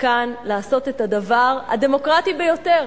כאן לעשות את הדבר הדמוקרטי ביותר,